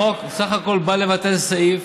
החוק בסך הכול בא לבטל סעיף